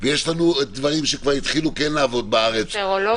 יש לנו דברים שכבר התחילו לעבוד בארץ --- סרולוגיה.